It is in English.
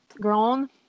grown